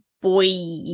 boy